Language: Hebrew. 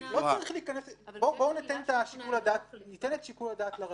ניתן את שיקול הדעת לרשם,